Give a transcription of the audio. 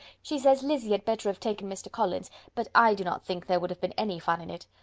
she says lizzy had better have taken mr. collins but i do not think there would have been any fun in it.